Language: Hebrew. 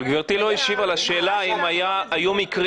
אבל גברתי לא השיבה לשאלה האם היו מקרים